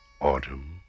autumn